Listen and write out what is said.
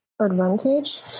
advantage